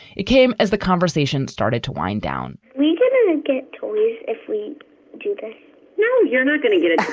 it came as the conversation started to wind down we didn't ah get to leave if we didn't know you're not going to get it.